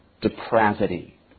depravity